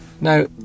Now